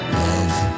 love